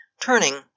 Turning